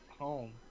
home